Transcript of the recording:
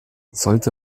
sollte